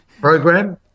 program